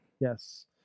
Yes